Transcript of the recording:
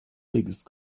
biggest